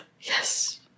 Yes